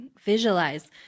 visualize